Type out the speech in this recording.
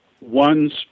ones